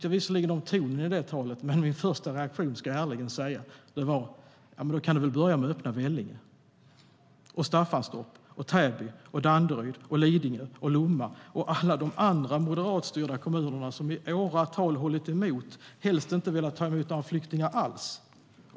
Jag tyckte om tonen i talet, men jag ska ärligen säga att min första reaktion var: Börja med att öppna Vellinge, Staffanstorp, Täby, Danderyd, Lidingö, Lomma och alla andra moderatstyrda kommuner som i åratal hållit emot och helst inte velat ta emot några flyktingar alls.